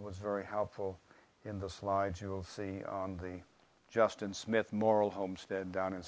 was very helpful in the slides you will see on the justin smith moral homestead down in